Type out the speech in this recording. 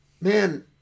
man